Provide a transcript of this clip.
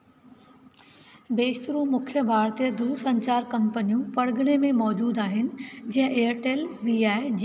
बेशितरु मुख्य भारतीय दूरसंचारु कंपनियूं परॻिणे में मौज़ूदु आहिनि जीअं एयरटेल वी आई जियो ऐं बी एस एन एल